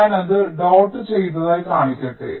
ഞാൻ അത് ഡോട്ട് ചെയ്തതായി കാണിക്കട്ടെ